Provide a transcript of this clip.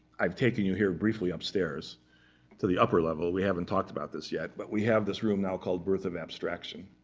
i've taken you here briefly, upstairs to the upper level. we haven't talked about this yet. but we have this room now, called birth of abstraction.